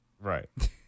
Right